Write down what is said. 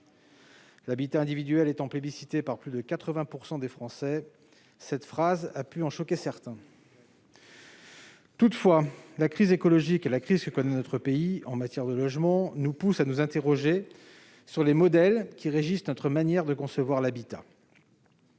L'habitat individuel étant plébiscité par plus de 80 % des Français, cette phrase a pu choquer certains. Toutefois, la crise écologique et la crise que connaît notre pays en matière de logement nous poussent à nous interroger sur les modèles qui régissent notre conception de l'habitat.